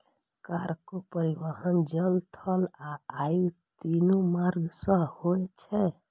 cargo परिवहन जल, थल आ वायु, तीनू मार्ग सं होय छै